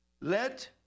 let